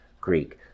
Greek